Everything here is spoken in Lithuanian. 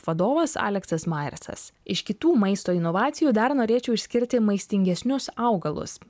vadovas aleksas majersas iš kitų maisto inovacijų dar norėčiau išskirti maistingesnius augalus